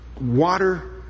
water